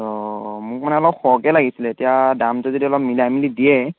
অঁ অঁ মোক মানে অলপ সৰহকৈ লাগিছিলে এতিয়া দামটো যদি অলপ মিলাই মেলি দিয়ে